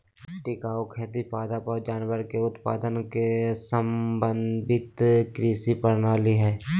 टिकाऊ खेती पादप और जानवर के उत्पादन के समन्वित कृषि प्रणाली हइ